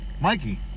Mikey